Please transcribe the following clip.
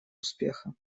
успеха